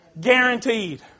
Guaranteed